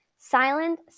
Silent